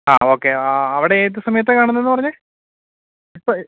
ആ ഓക്കെ ആ അവിടെ ഏത് സമയത്താണ് കാണുന്നത് എന്നാണ് പറഞ്ഞത് ഇപ്പം